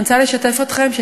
שאני רוצה לשתף אתכם.